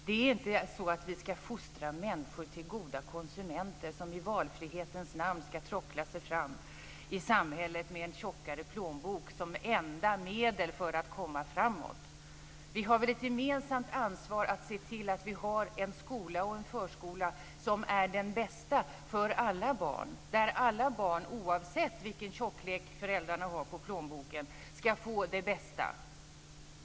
Det är inte så att vi ska fostra människor till goda konsumenter som i valfrihetens namn ska tråckla sig fram i samhället med en tjockare plånbok som enda medel för att komma framåt. Vi har väl ett gemensamt ansvar att se till att ha en skola och en förskola som är den bästa för alla barn, där alla barn, oavsett vilken tjocklek föräldrarna har på plånboken, ska få det bästa.